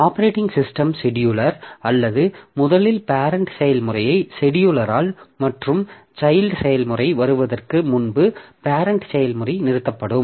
operating system scheduler அல்லது முதலில் parent செயல்முறையை செடியூலர் மற்றும் சைல்ட் செயல்முறை வருவதற்கு முன்பு பேரெண்ட் செயல்முறை நிறுத்தப்படும்